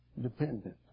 dependent